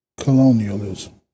colonialism